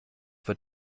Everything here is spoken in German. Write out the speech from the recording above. wird